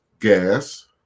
gas